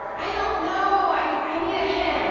i don't know, i i need a hint. like